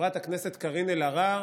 חברת הכנסת קארין אלהרר,